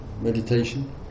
meditation